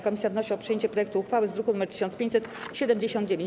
Komisja wnosi o przyjęcie projektu uchwały z druku nr 1579.